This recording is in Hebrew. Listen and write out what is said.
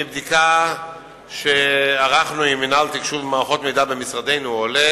מבדיקה שערכנו עם מינהל תקשוב ומערכות מידע במשרדנו עולה